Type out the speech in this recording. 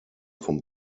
vom